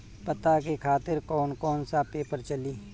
पता के खातिर कौन कौन सा पेपर चली?